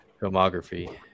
filmography